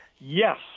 yes